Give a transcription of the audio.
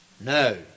No